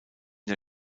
der